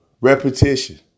repetition